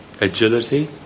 agility